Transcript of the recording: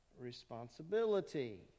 Responsibility